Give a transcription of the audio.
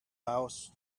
house